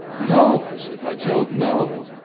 no! i said. by jove no!